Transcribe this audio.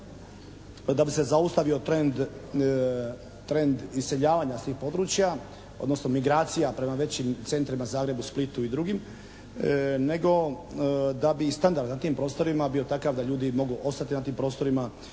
da bi se zaustavio trend iseljavanja s tih područja, odnosno migracija prema većim centrima, Zagrebu, Splitu i drugim, nego da bi i standard na tim prostorima bio takav da ljudi mogu ostati na tim prostorima